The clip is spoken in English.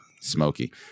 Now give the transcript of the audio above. Smoky